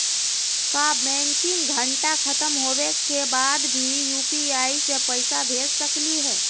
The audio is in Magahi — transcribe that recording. का बैंकिंग घंटा खत्म होवे के बाद भी यू.पी.आई से पैसा भेज सकली हे?